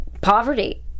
poverty